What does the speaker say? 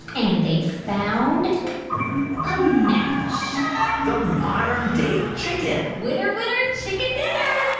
and they found a match the modern-day chicken winner winner, chicken dinner.